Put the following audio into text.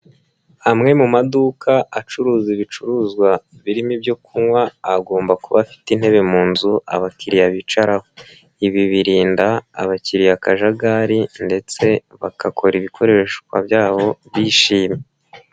Amwe mu maduka acuruza ibicuruzwa birimo ibyo kunywa agomba kuba afite intebe mu nzu abakiriya bicaraho, ibi birinda abakiriya akajagari ndetse bagakora ibikoreshwa byabo bishimye.